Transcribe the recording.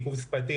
עיכוב שפתי,